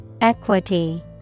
Equity